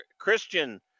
Christian